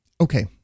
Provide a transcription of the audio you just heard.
Okay